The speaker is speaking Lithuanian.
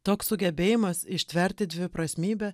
toks sugebėjimas ištverti dviprasmybę